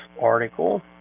article